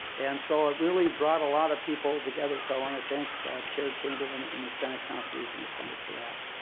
and so ah really brought a lot of people together. so want to thank chair chamberlain and the senate conferees in the senate for that.